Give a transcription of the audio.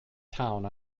town